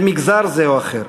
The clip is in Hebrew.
למגזר זה או אחר.